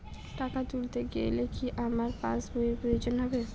টাকা তুলতে গেলে কি আমার পাশ বইয়ের প্রয়োজন হবে?